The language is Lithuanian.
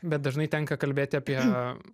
bet dažnai tenka kalbėti apie